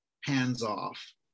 hands-off